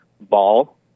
ball